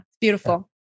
Beautiful